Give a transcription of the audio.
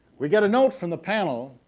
we get a note from the panel.